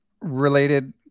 related